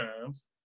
times